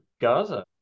Gaza